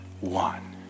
one